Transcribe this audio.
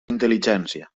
intel·ligència